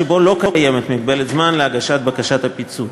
שבו לא קיימת מגבלת זמן להגשת בקשת הפיצוי.